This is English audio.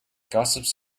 gossips